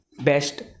best